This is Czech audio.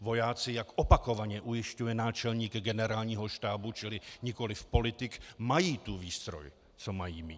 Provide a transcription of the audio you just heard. Vojáci, jak opakovaně ujišťuje náčelník Generálního štábu, čili nikoli politik, mají tu výstroj, co mají mít.